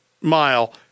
mile